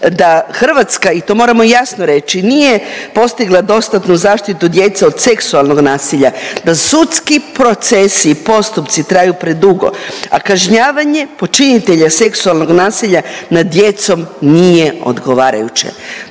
Hrvatska i to moramo jasno reći nije postigla dostatnu zaštitu djece od seksualnog nasilja, da sudski procesi i postupci traju predugo. Kažnjavanje počinitelja seksualnog nasilja nad djecom nije odgovarajuće.